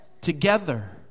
together